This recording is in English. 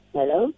Hello